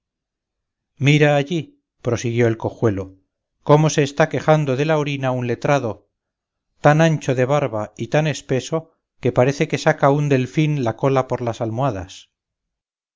veneradas mira allí prosiguió el cojuelo cómo se está quejando de la orina un letrado tan ancho de barba y tan espeso que parece que saca un delfín la cola por las almohadas